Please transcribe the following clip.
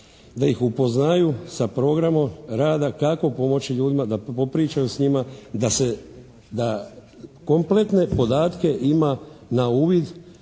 da ih upoznaju sa programom rada kako pomoći ljudima, da popričaju s njima da se, da kompletne podatke ima na uvid